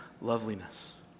loveliness